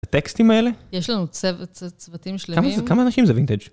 הטקסטים האלה? יש לנו צוותים שלמים. כמה אנשים זה וינטג'?